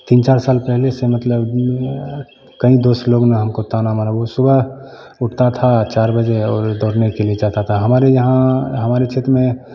तीन चार साल पहले से मतलब कई दोस्त लोगों ने हमको ताना मारा वो सुबह उठता था चार बजे और दौड़ने के लिए जाता था हमारे यहाँ हमारे क्षेत्र में